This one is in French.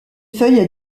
feuilles